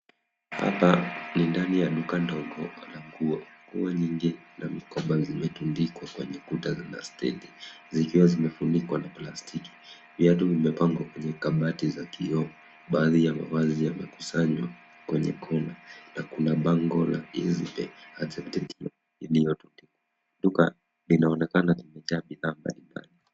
Hapa ni ndani ya duka ndogo la nguo nyingi na mikoba imetundikwa kwenye kuta na stedi, zikiwa zimefunikwa na plastiki. Viatu vimepangwa kwenye kabati za kioo. Baadhi ya mavazi yamekusanywa kwenye kona, la kuna bango la Equity iliyotundikwa. Duka linaonekana limejaa bidhaa mbali mbali.